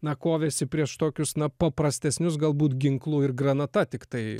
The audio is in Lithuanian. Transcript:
na kovėsi prieš tokius na paprastesnius galbūt ginklu ir granata tiktai